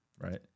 right